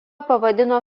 pavadino